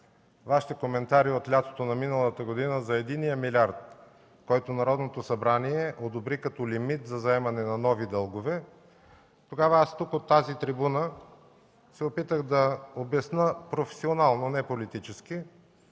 Вашите коментари от лятото на миналата година за единия милиард, който Народното събрание одобри като лимит за заемане на нови дългове. Тогава тук, от тази трибуна, се опитах да обясня професионално, а не политически,